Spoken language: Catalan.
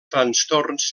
trastorns